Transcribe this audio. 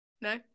No